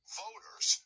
voters